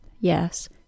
yes